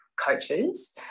coaches